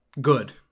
good